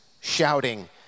shouting